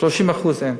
ל-30% אין.